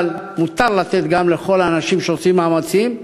אבל מותר לתת גם לכל האנשים שעושים מאמצים,